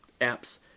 apps